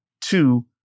Two